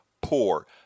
poor